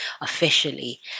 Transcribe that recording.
officially